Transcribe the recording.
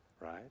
right